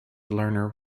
lerner